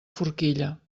forquilla